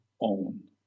own